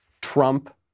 Trump